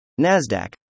Nasdaq